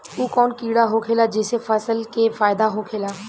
उ कौन कीड़ा होखेला जेसे फसल के फ़ायदा होखे ला?